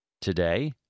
Today